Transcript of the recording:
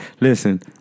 Listen